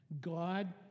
God